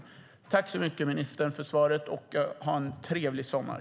Jag tackar ministern för svaret och önskar henne en trevlig sommar.